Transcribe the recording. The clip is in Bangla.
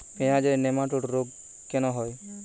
পেঁয়াজের নেমাটোড রোগ কেন হয়?